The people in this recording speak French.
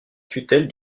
tutelle